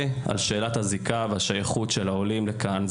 על שאלת הזיקה והשייכות של העולים לכאן,